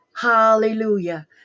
Hallelujah